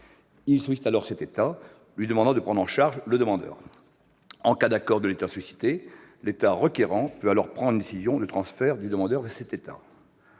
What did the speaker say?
Il sollicite alors cet État, lui demandant de prendre en charge le demandeur. Ensuite, en cas d'accord de l'État sollicité, l'État requérant peut prendre une décision de transfert du demandeur vers cet État.